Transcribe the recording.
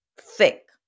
thick